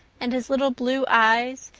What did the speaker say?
and his little blue eyes,